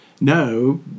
No